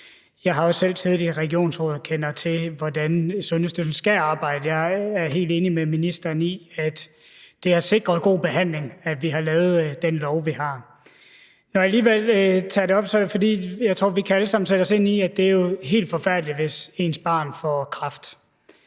Jeg har også selv siddet i regionsrådet og kender til, hvordan Sundhedsstyrelsen skal arbejde. Jeg er helt enig med ministeren i, at det er at sikre god behandling, at vi har lavet den lov, vi har. Når jeg alligevel tager det op, er det, fordi jeg tror, vi alle sammen kan sætte os ind i, at det jo er helt forfærdeligt, hvis ens barn får kræft.